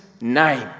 name